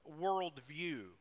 worldview